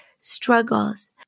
struggles